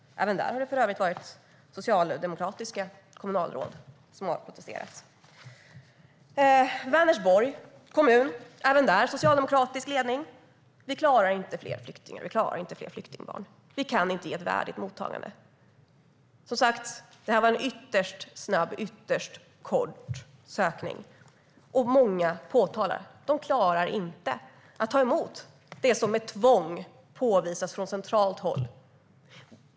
Även där har det för övrigt varit socialdemokratiska kommunalråd som har protesterat. Även i Vänersborgs kommun är det en socialdemokratisk ledning: Vi klarar inte fler flyktingar. Vi klarar inte fler flyktingbarn. Vi kan inte ge ett värdigt mottagande. Det här var, som sagt, en ytterst snabb sökning. Många säger att de inte klarar att göra det som man från centralt håll tvingar dem att göra.